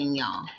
y'all